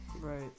Right